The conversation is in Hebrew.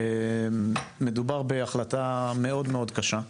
מדובר בהחלטה מאוד מאוד קשה.